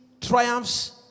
triumphs